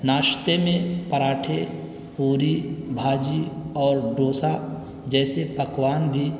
ناشتے میں پراٹھے پوری بھاجی اور ڈوسا جیسے پکوان بھی